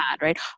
right